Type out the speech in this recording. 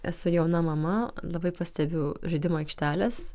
esu jauna mama labai pastebiu žaidimų aikšteles